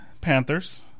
Panthers